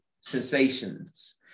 sensations